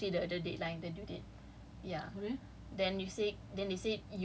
but then they just buka balik then they said oh it's until oh it's two more days actually the deadline the due date